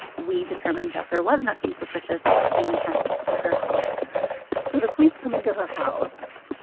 we determined that there was nothing suspicious being sent to her house so the police come into her house.